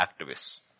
activists